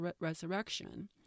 resurrection